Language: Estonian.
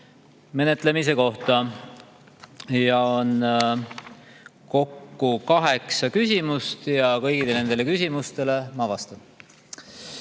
menetlemise kohta. Siin on kokku kaheksa küsimust ja kõigile nendele küsimustele ma vastan.